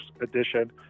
edition